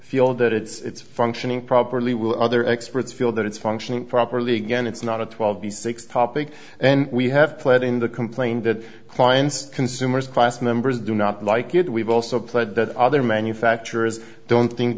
feel that it's functioning properly will other experts feel that it's functioning properly again it's not a twelve the six topic and we have pled in the complaint that clients consumers class members do not like it we've also pled that other manufacturers don't think